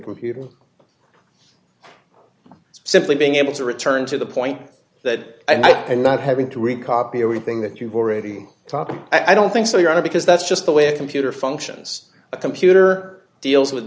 computer simply being able to return to the point that i'm not having to recopy everything that you've already talked i don't think so your honor because that's just the way a computer functions a computer deals with